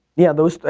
yeah those,